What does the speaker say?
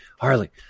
Harley